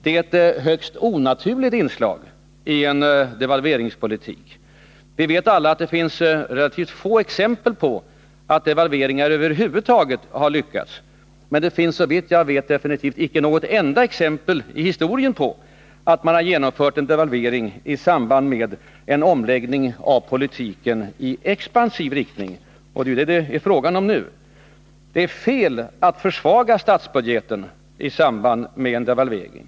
Det är ett högst onaturligt inslag i en devalveringspolitik. Vi vet alla att det finns relativt få exempel på att devalveringar över huvud taget har lyckats. Men det finns, så vitt jag vet, inte något enda exempel i historien på att man genomfört en devalvering i samband med en omläggning av politiken i expansiv riktning, och det är ju detta det är frågan om nu. Det är fel att försvaga statsbudgeten i samband med en devalvering.